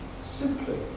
simply